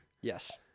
Yes